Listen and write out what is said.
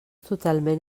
totalment